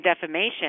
defamation